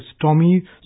Tommy